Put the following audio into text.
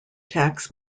tax